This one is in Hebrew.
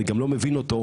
אני גם לא מבין אותו,